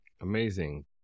Amazing